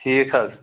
ٹھیٖک حظ